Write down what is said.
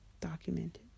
documented